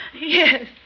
Yes